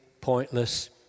pointless